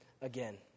again